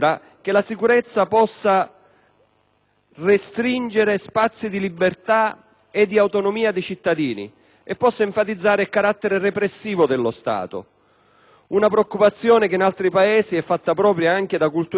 possa restringere spazi di libertà ed autonomia dei cittadini e possa enfatizzare il carattere repressivo dello Stato, una preoccupazione che in altri Paesi è fatta propria anche da culture politiche moderate e liberali.